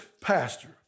pastor